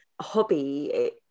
hobby